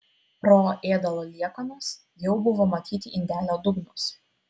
pro ėdalo liekanas jau buvo matyti indelio dugnas